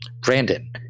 Brandon